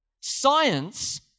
Science